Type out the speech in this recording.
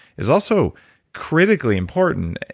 is also critically important.